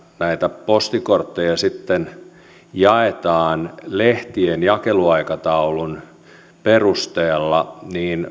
näitä postikortteja sitten jaetaan lehtien jakeluaikataulun perusteella niin